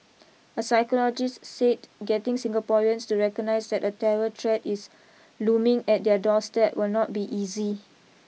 a psychologist said getting Singaporeans to recognise that a terror threat is looming at their doorstep will not be easy